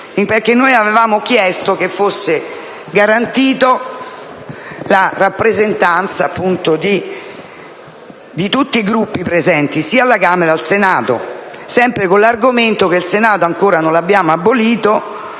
noi avevamo chiesto che fosse garantita la rappresentanza di tutti i Gruppi presenti sia alla Camera che al Senato, sempre con l'argomento che il Senato ancora non l'abbiamo abolito